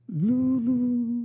Lulu